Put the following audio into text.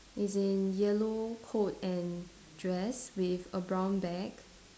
is in yellow coat and dress with a brown bag